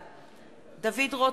בעד דוד רותם,